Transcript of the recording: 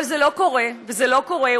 אבל זה לא קורה ולא קורה.